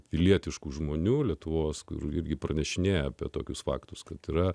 pilietiškų žmonių lietuvos kur irgi pranešinėja apie tokius faktus kad yra